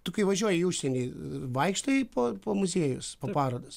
tu važiuoji į užsienį vaikštai po po muziejus po parodas